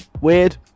weird